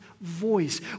voice